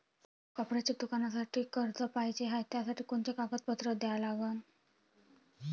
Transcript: कपड्याच्या दुकानासाठी कर्ज पाहिजे हाय, त्यासाठी कोनचे कागदपत्र द्या लागन?